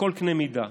בכל קנה מידה.